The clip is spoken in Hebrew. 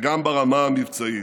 וגם ברמה המבצעית.